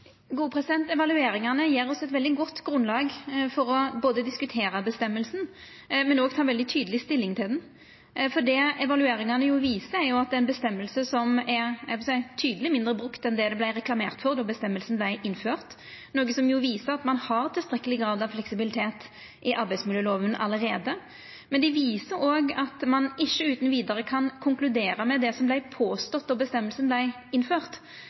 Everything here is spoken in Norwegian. Evalueringane gjev oss eit veldig godt grunnlag for både å diskutera bestemminga og å ta veldig tydeleg stilling til ho, for det evalueringane viser, er at det er ei bestemming som er tydeleg mindre brukt enn det det vart reklamert for då bestemminga vart innført, noko som jo viser at ein har tilstrekkeleg grad av fleksibilitet i arbeidsmiljøloven allereie. Men det viser òg at ein ikkje utan vidare kan konkludera med det som vart påstått då bestemminga vart innført.